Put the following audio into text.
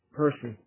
person